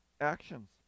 actions